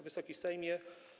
Wysoki Sejmie!